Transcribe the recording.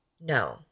No